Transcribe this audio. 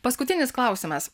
paskutinis klausimas